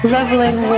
Leveling